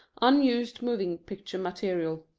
unused moving picture material,